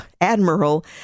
Admiral